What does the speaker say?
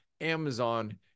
Amazon